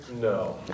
No